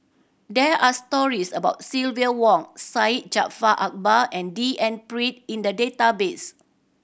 there are stories about Silvia Yong Syed Jaafar Albar and D N Pritt in the database